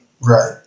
Right